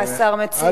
והשר מציע,